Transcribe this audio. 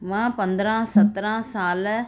मां पंदरहां सतरहां साल